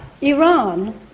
Iran